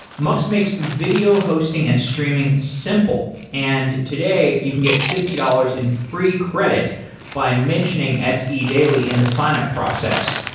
mux makes video hosting and streaming simple. and today, you can get fifty dollars in free credit by mentioning se daily in the sign-up process.